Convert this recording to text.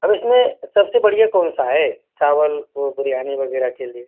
अब इस में सब से बढ़िया कौन सा है चावल और बिरयानी वग़ैरह के लिए